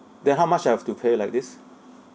then how much I have to pay like this